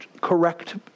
correct